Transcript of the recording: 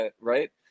Right